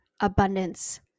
abundance